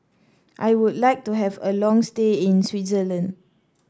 I would like to have a long stay in Switzerland